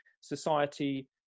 society